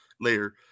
later